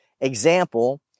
example